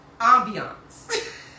ambiance